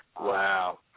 Wow